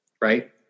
right